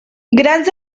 grans